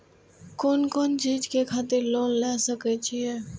कोन कोन चीज के खातिर लोन ले सके छिए?